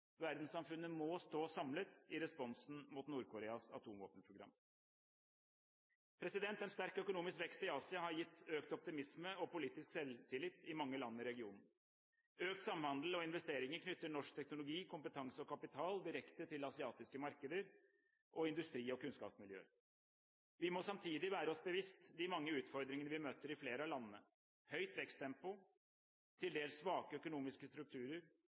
Verdenssamfunnet må stå samlet i responsen mot Nord-Koreas atomvåpenprogram. En sterk økonomisk vekst i Asia har gitt økt optimisme og politisk selvtillit i mange land i regionen. Økt samhandel og investeringer knytter norsk teknologi, kompetanse og kapital direkte til asiatiske markeder og industri- og kunnskapsmiljøer. Vi må samtidig være oss bevisst de mange utfordringene vi møter i flere av landene: høyt veksttempo, til dels svake økonomiske strukturer,